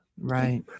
Right